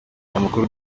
amakuru